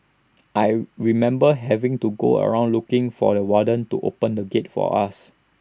I remember having to go around looking for the warden to open the gate for us